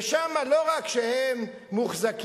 ושם לא רק שהם מוחזקים,